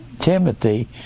Timothy